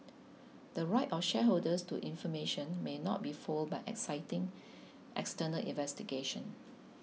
the right of shareholders to information may not be foiled by citing external investigations